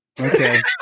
okay